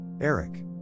Eric